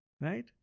right